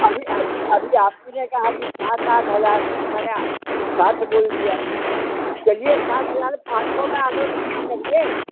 अभी अभी अभी आप ही ने कहा कि सात आठ हज़ार तो मैंने सात बोल दिया चलिए सात हज़ार पाँच सौ में आडर पक्का करिए